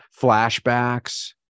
flashbacks